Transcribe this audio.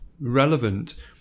relevant